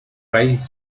raíz